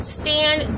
stand